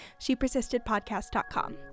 ShePersistedPodcast.com